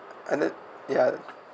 and then ya